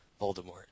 Voldemort